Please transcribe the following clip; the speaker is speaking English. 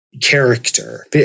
character